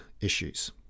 issues